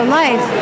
life